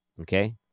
okay